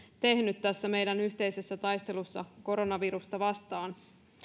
tehnyt tässä meidän yhteisessä taistelussamme koronavirusta vastaan